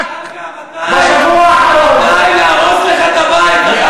זחאלקה, מתי נהרוס לך את הבית, זחאלקה?